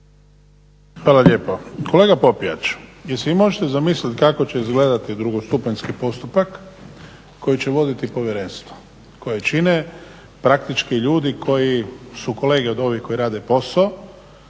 Hvala lijepo. Kolega Popijač jel si vi možete zamisliti kako će izgledati drugostupanjski postupak koji će voditi povjerenstvo koje čine ljudi koji su kolege od ovih koji rade posao.